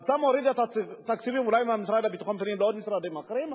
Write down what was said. ואתה מוריד את התקציבים אולי מהמשרד לביטחון הפנים ועוד משרדים אחרים.